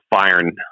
firing